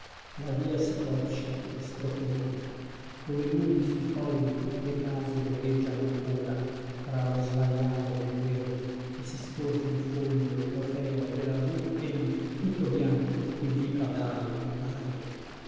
la via si torce e sprofonda come nubi sui colli le case veleggiano ancora tra lo svariare del verde e si scorge in fondo il trofeo della v m tutto bianco che vibra d'ali nell'aria